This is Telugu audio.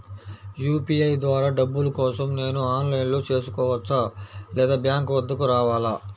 యూ.పీ.ఐ ద్వారా డబ్బులు కోసం నేను ఆన్లైన్లో చేసుకోవచ్చా? లేదా బ్యాంక్ వద్దకు రావాలా?